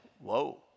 whoa